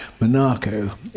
Monaco